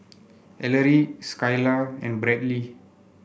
Ellery Skylar and Bradley